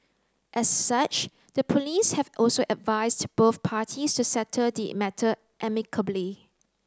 as such the police have also advised both parties to settle the matter amicably